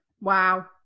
Wow